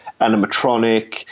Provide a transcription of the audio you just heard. animatronic